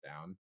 down